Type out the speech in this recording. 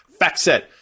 FactSet